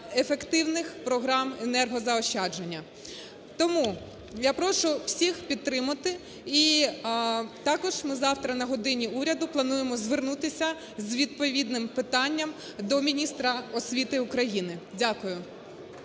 ефективних програм енергозаощадження. Тому я прошу всіх підтримати. І також ми завтра на "годині Уряду" плануємо звернутися з відповідним питанням до міністра освіти України. Дякую.